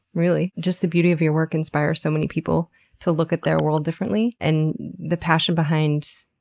really. just the beauty of your work inspires so many people to look at their world differently, and the passion behind